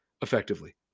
effectively